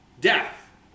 Death